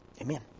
amen